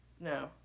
No